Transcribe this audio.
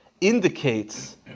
indicates